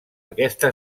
aquesta